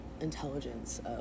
intelligence